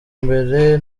mbere